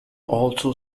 also